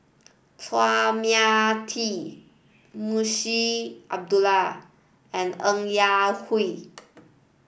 Chua Mia Tee Munshi Abdullah and Ng Yak Whee